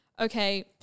okay